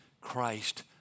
Christ